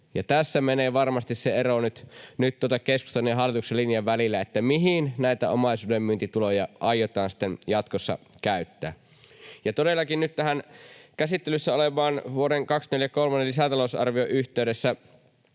Tässä menee varmasti se ero nyt keskustan ja hallituksen linjan välillä, mihin näitä omaisuudenmyyntituloja aiotaan sitten jatkossa käyttää. Ja todellakin nyt tähän käsittelyssä olevaan. Vuoden 24 kolmannen lisätalousarvion yhteydessä